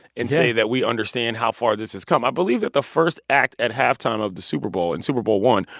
and say that we understand how far this has come. i believe that the first act at halftime of the super bowl, in super bowl i,